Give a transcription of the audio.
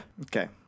okay